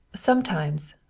sometimes,